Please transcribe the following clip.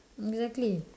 exactly